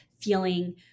feeling